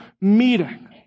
meeting